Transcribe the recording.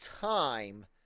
time